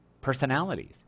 personalities